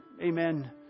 Amen